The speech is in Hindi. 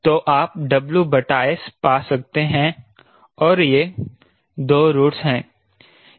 तो आप WS पा सकते हैं और ये 2 रूट्स हैं